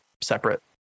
separate